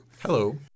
Hello